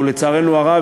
לצערנו הרב,